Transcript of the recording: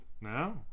No